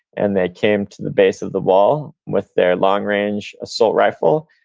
and they came to the base of the wall with their long range assault rifle.